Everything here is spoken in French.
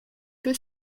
peu